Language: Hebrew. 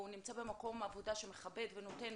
והוא נמצא במקום עבודה שמכבד ונותן,